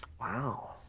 Wow